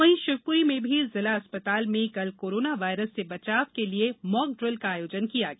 वहीं शिवपूरी में भी जिला अस्पताल में कल कोरोना वायरस से बचाव के लिए मॉकड्रिल का आयोजन किया गया